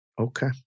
Okay